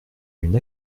une